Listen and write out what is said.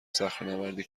صخرهنوردی